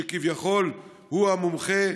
שכביכול הוא המומחה,